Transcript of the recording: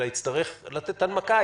אלא יצטרך לתת הנמקה,